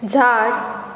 झाड